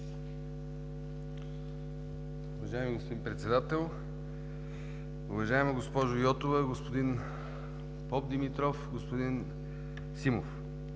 Уважаеми господин Председател, уважаема госпожо Йотова, господин Попдимитров, господин Симов!